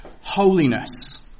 holiness